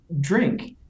drink